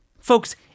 Folks